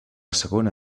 segona